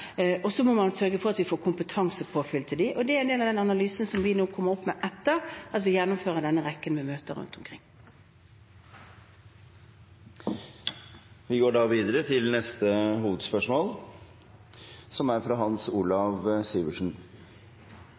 Så må man sørge for at vi får kompetansepåfyll til dem, og det er en del av den analysen som vi nå kommer opp med etter at vi gjennomfører denne rekken med møter rundt omkring. Da går vi videre til neste hovedspørsmål.